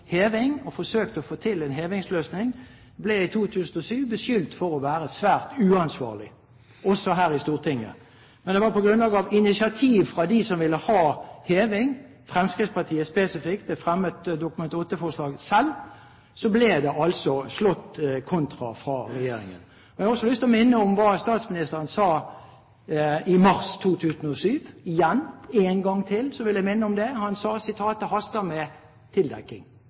heving og forsøkte å få til en hevingsløsning, ble i 2007 beskyldt for å være svært uansvarlige, også her i Stortinget. Men det var etter initiativ fra dem som ville ha heving, Fremskrittspartiet spesifikt fremmet et Dokument nr. 8-forslag. Så ble det altså slått kontra fra regjeringen. Jeg har også lyst til å minne om hva statsministeren sa i mars 2007 – en gang til vil jeg minne om det. Han sa at «det haster med tildekking».